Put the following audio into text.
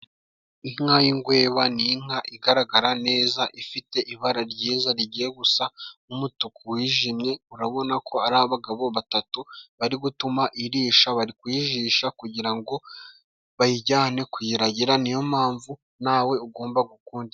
Inka y'ingweba ni inka igaragara neza ifite ibara ryiza rigiye gusa n'umutuku wijimye, urabona ko ari abagabo batatu bari gutuma irisha bari kuyijisha kugirango bayijyane kuyiragira, niyo mpamvu nawe ugomba gukunda.